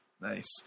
Nice